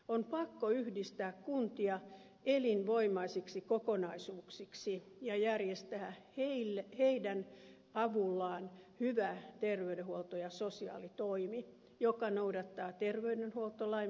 on pakko yhdistää kuntia elinvoimaisiksi kokonaisuuksiksi ja järjestää niiden avulla hyvä terveydenhuolto ja sosiaalitoimi jotka noudattavat terveydenhuoltolain määräyksiä